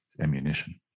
ammunition